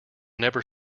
never